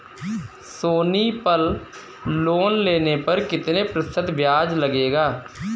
सोनी पल लोन लेने पर कितने प्रतिशत ब्याज लगेगा?